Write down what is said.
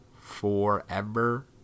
forever